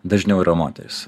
dažniau yra moterys